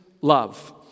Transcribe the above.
love